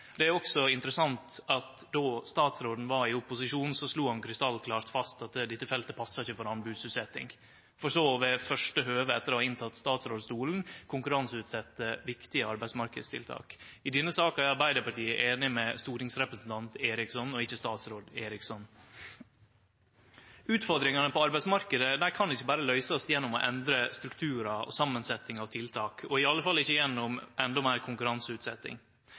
Det er også interessant at då statsråden var i opposisjon, slo han krystallklart fast at dette feltet ikkje passar for anbodsutsetjing, for så, ved første høve etter å ha innteke statsrådsstolen, å konkurranseutsetje viktige arbeidsmarknadstiltak. I denne saka er Arbeidarpartiet einige med stortingsrepresentant Eriksson og ikkje statsråd Eriksson. Utfordringane på arbeidsmarknaden kan ikkje berre løysast gjennom å endre strukturar og samansetjing av tiltak – og iallfall ikkje gjennom endå meir